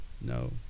No